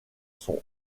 sont